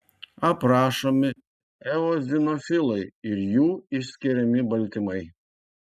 aprašomi eozinofilai ir jų išskiriami baltymai